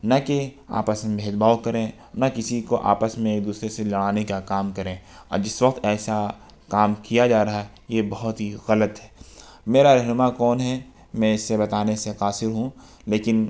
نہ کہ آپس میں بھید بھاؤ کریں نہ کسی کو آپس میں ایک دوسرے سے لڑانے کا کام کریں اور جس وقت ایسا کام کیا جا رہا ہے یہ بہت ہی غلط ہے میرا رہنما کون ہے میں اسے بتانے سے قاصر ہوں لیکن